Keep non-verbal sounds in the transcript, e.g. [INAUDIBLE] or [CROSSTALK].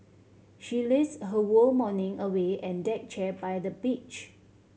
she lazed her [UNINTELLIGIBLE] morning away and deck chair by the beach